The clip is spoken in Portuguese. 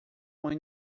mãe